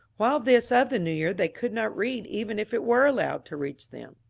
while this of the new year they could not read even if it were allowed to' reach them.